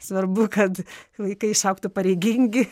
svarbu kad vaikai išaugtų pareigingi